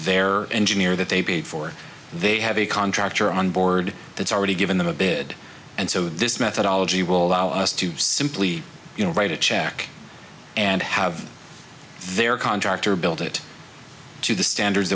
their engineer that they paid for they have a contractor on board that's already given them a bid and so this methodology will allow us to simply you know write a check and have their contractor build it to the standards